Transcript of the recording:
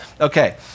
Okay